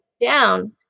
down